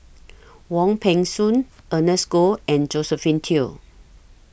Wong Peng Soon Ernest Goh and Josephine Teo